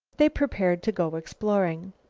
they prepared to go exploring.